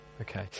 Okay